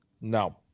No